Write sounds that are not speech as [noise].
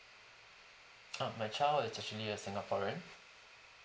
[noise] ah my child is actually a singaporean